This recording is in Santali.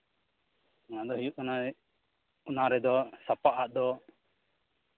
ᱚᱱᱟ ᱫᱚ ᱦᱩᱭᱩᱜ ᱠᱟᱱᱟ ᱚᱱᱟ ᱨᱮᱫᱚ ᱥᱟᱯᱟᱵ ᱟᱜ ᱫᱚ